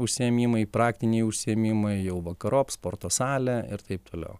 užsiėmimai praktiniai užsiėmimai jau vakarop sporto salė ir taip toliau